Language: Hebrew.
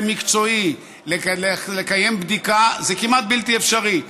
מקצועי לקיים בדיקה זה כמעט בלתי אפשרי,